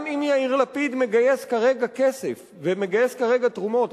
גם אם יאיר לפיד מגייס כרגע כסף ומגייס כרגע תרומות,